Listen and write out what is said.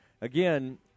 again